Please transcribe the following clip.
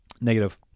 Negative